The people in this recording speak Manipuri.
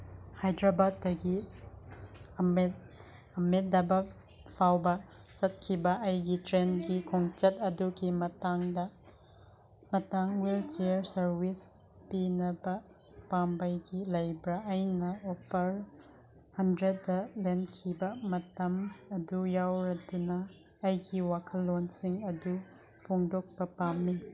ꯍꯥꯏꯗ꯭ꯔꯕꯥꯠꯇꯒꯤ ꯑꯃꯦꯗꯕꯥꯠ ꯐꯥꯎꯕ ꯆꯠꯈꯤꯕ ꯑꯩꯒꯤ ꯇ꯭ꯔꯦꯟꯒꯤ ꯈꯣꯡꯆꯠ ꯑꯗꯨꯒꯤ ꯃꯇꯥꯡꯗ ꯄꯇꯪ ꯋꯤꯜꯆꯤꯌꯥꯔ ꯁꯥꯔꯚꯤꯁ ꯄꯤꯅꯕ ꯄꯥꯝꯕꯒꯤ ꯂꯩꯕ꯭ꯔꯥ ꯑꯩꯅ ꯑꯣꯐꯔ ꯍꯟꯗ꯭ꯔꯦꯗꯇ ꯂꯦꯟꯈꯤꯕ ꯃꯇꯝ ꯑꯗꯨ ꯌꯥꯎꯔꯗꯨꯅ ꯑꯩꯒꯤ ꯋꯥꯈꯜꯂꯣꯟꯁꯤꯡ ꯑꯗꯨ ꯐꯣꯡꯗꯣꯛꯄ ꯄꯥꯝꯃꯤ